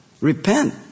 Repent